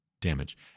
damage